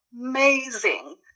amazing